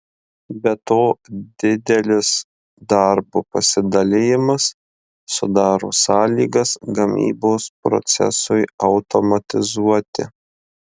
be to didelis darbo pasidalijimas sudaro sąlygas gamybos procesui automatizuoti